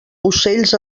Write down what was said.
ocells